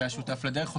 שהיה שותף לדרך.